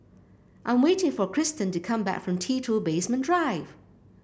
I am waiting for Cristen to come back from T two Basement Drive